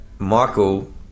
Michael